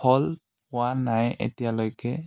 ফল পোৱা নাই এতিয়ালৈকে